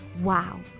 Wow